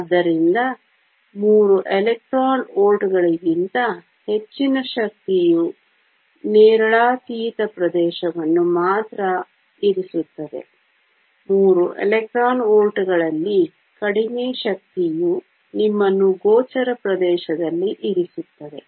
ಆದ್ದರಿಂದ 3 ಎಲೆಕ್ಟ್ರಾನ್ ವೋಲ್ಟ್ಗಳಿಗಿಂತ ಹೆಚ್ಚಿನ ಶಕ್ತಿಯು ನೇರಳಾತೀತ ಪ್ರದೇಶವನ್ನು ಮಾತ್ರ ಇರಿಸುತ್ತದೆ 3 ಎಲೆಕ್ಟ್ರಾನ್ ವೋಲ್ಟ್ಗಳಲ್ಲಿ ಕಡಿಮೆ ಶಕ್ತಿಯು ನಿಮ್ಮನ್ನು ಗೋಚರ ಪ್ರದೇಶದಲ್ಲಿ ಇರಿಸುತ್ತದೆ